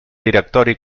directori